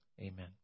Amen